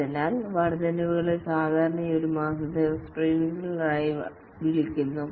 അതിനാൽ വര്ധനവുകളെ സാധാരണയായി ഒരു മാസത്തെ സ്പ്രിന്റുകളായി വിളിക്കുന്നു